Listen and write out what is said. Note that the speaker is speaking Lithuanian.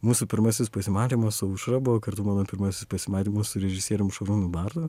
mūsų pirmasis pasimatymas su aušra buvo kartu mano pirmas pasimatymas su režisierium šarūnu bartu